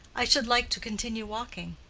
i should like to continue walking.